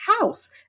house